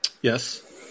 Yes